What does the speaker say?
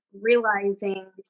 realizing